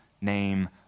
name